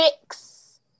fix